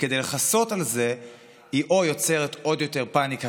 וכדי לכסות על זה היא או יוצרת עוד יותר פניקה